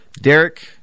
Derek